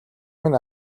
минь